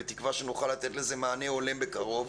בתקווה שנוכל לתת לזה מענה הולם בקרוב.